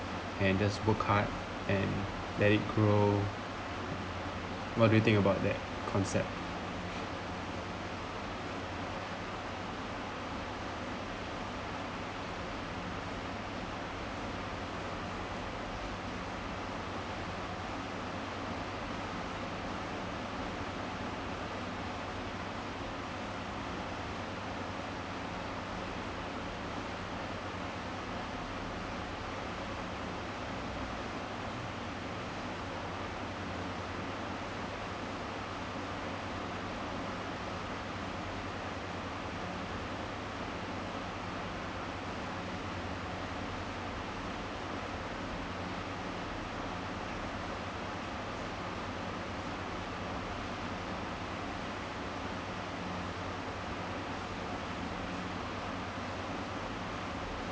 and just work hard and let it grow what do you think about that concept